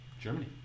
Germany